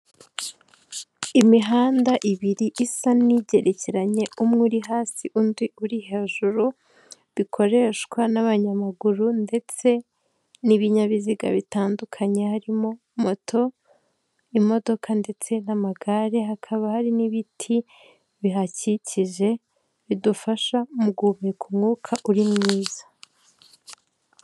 Imihanda ibiri isa n'igerekeranye umwe uri hasi undi uri hejuru bikoreshwa n'abanyamaguru ndetse n'ibinyabiziga bitandukanye, harimo moto imodoka ndetse n'amagare, hakaba hari n'ibiti bihakikije bidufasha mu guhumeka umwuka uri mwiza.